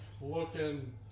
looking